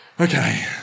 Okay